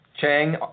Chang